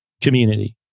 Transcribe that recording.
community